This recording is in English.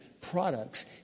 products